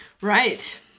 Right